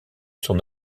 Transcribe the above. son